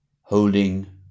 holding